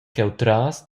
cheutras